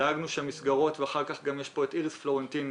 נמצאת פה איריס פלורנטין,